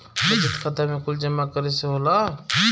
बचत खाता मे कुछ जमा करे से होला?